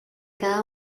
cada